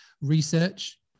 research